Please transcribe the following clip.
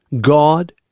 God